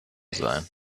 sein